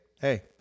hey